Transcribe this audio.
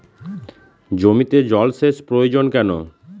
জমিতে জল সেচ প্রয়োজন কেন?